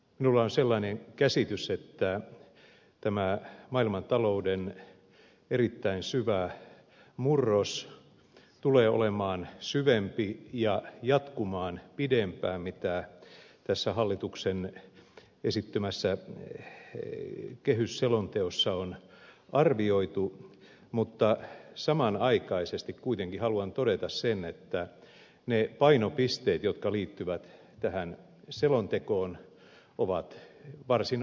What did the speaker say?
minulla on sellainen käsitys että tämä maailmantalouden erittäin syvä murros tulee olemaan syvempi ja jatkumaan pidempään mitä tässä hallituksen esittämässä kehysselonteossa on arvioitu mutta samanaikaisesti kuitenkin haluan todeta sen että ne painopisteet jotka liittyvät tähän selontekoon ovat varsin oikeita